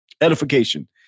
edification